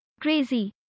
Crazy